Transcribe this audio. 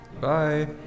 Bye